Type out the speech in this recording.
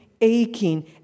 aching